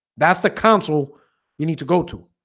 that's the counsel you need to go to